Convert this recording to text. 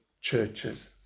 churches